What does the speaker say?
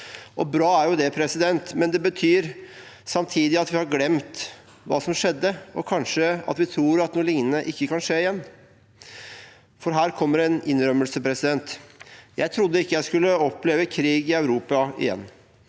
og bra er jo det, men det betyr samtidig at vi har glemt hva som skjedde, og kanskje tror vi at noe lignende ikke kan skje igjen. For her kommer en innrømmelse: Jeg trodde ikke jeg skulle oppleve krig i Europa igjen.